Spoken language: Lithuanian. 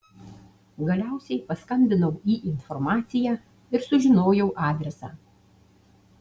galiausiai paskambinau į informaciją ir sužinojau adresą